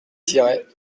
siret